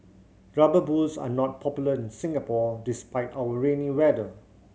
Rubber Boots are not popular in Singapore despite our rainy weather